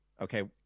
okay